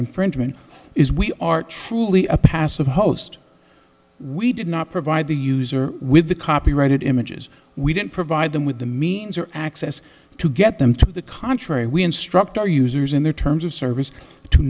infringement is we are truly a passive host we did not provide the user with the copyrighted images we didn't provide them with the means or access to get them to the contrary we instruct our users in their terms of service to